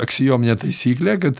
aksiominę taisyklę kad